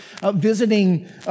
visiting